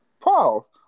Pause